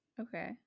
Okay